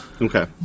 Okay